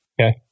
Okay